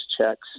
checks